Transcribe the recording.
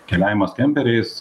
keliavimas kemperiais